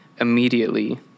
Immediately